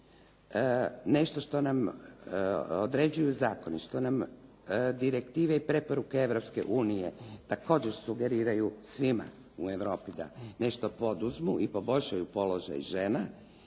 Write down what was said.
nešto što nam određuju zakoni, što nam direktive i preporuke Europske unije također sugeriraju svima u Europi da nešto poduzmu i poboljšaju položaj žena.